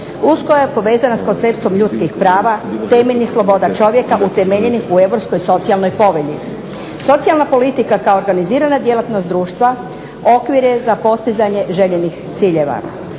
usko je povezana sa konceptom ljudskih prava, temeljnih sloboda čovjeka utemeljenih u Europskoj socijalnoj povelji. Socijalna politika kao organizirana djelatnost društva okvir je za postizanje željenih ciljeva.